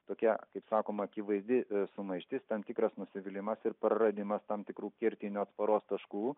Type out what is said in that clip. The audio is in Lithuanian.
tokia kaip sakoma akivaizdi sumaištis tam tikras nusivylimas ir praradimas tam tikrų kertinių atsparos taškų